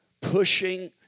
pushing